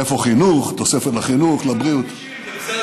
איפה חינוך, תוספת לחינוך, לבריאות?